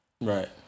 Right